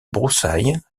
broussaille